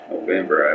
November